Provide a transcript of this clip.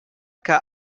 que